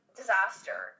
disaster